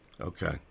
Okay